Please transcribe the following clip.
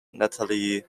natalia